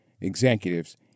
executives